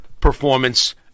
performance